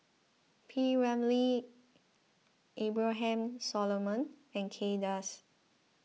P Ramlee Abraham Solomon and Kay Das